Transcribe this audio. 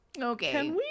Okay